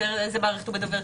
איזו מערכת הוא מדוור,